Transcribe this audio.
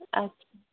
अच्छा